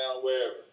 wherever